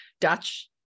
Dutch